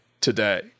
today